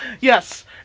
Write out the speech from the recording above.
Yes